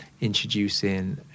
introducing